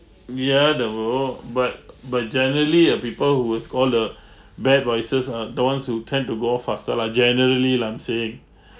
near the world but but generally uh people who would score a bad voices are the ones who tend to go off faster lah generally lah l'm saying